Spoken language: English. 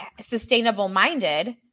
sustainable-minded